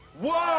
one